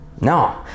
No